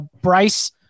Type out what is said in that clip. Bryce